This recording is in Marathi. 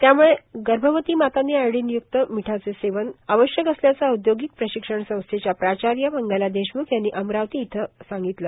त्यामुळे गर्भवती मातांनी आयोडिनयुक्त मीठाचे सेवन आवश्यक असल्याचे औदयोगिक प्रशिक्षण संस्थेच्या प्राचार्य मंगला देशमुख यांनी अमरावती इथं सांगितले